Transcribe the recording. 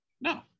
no